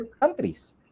countries